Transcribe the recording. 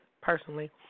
personally